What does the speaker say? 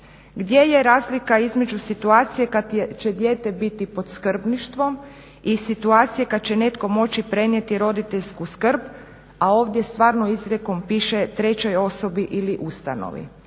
Gdje je razlika između situacije kada će dijete biti pod skrbništvom i situacije kada će netko moći prenijeti roditeljsku skrb a ovdje stvarno izrijekom piše trećoj osobi ili ustanovi?